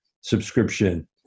subscription